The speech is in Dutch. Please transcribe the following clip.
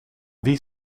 wie